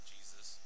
Jesus